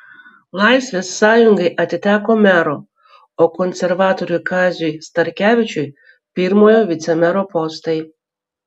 laisvės sąjungai atiteko mero o konservatoriui kaziui starkevičiui pirmojo vicemero postai